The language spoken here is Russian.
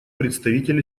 представитель